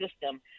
system